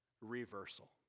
reversal